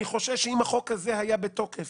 אני חושש שאם החוק הזה היה בתוקף